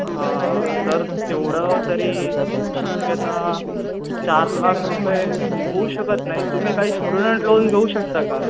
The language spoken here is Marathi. हां सर तेवढं तरी शक्यता चार लाख रुपये होऊ शकत नाहीत तुम्ही काही स्टुडंट लोन घेऊ शकता का